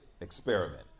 experiment